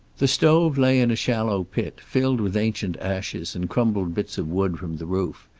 the stove lay in a shallow pit, filled with ancient ashes and crumbled bits of wood from the roof.